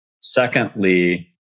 Secondly